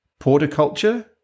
Porticulture